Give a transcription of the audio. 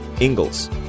Ingalls